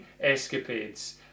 escapades